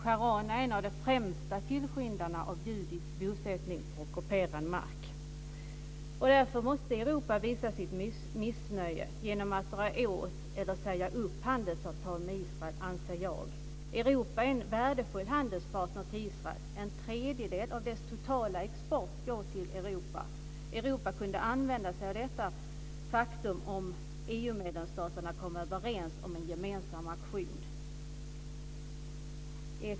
Sharon är en av de främsta tillskyndarna av judisk bosättning på ockuperad mark. Därför måste Europa visa sitt missnöje genom att dra åt eller säga upp handelsavtal med Israel, anser jag. Europa är en värdefull handelspartner till Israel. En tredjedel av dess totala export går till Europa. Europa kunde använda sig av detta faktum om EU-staterna kom överens om en gemensam aktion.